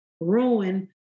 ruin